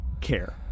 care